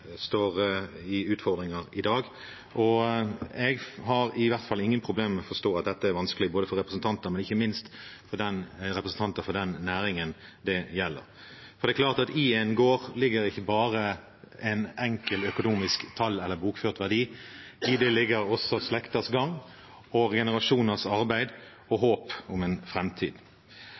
står i utfordringer i dag. Og jeg har i hvert fall ingen problemer med å forstå at dette er vanskelig, både for representanter og ikke minst for representanter for den næringen det gjelder. Det er klart at i en gård ligger ikke bare et enkelt økonomisk tall eller en bokført verdi, i gården ligger også slekters gang og generasjoners arbeid og håp om en